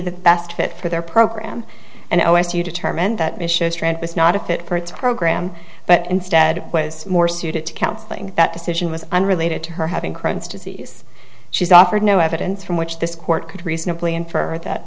the best fit for their program and o s u determined that it was not a fit for its program but instead was more suited to counseling that decision was unrelated to her having crohn's disease she's offered no evidence from which this court could reasonably infer that